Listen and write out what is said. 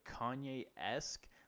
Kanye-esque